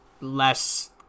less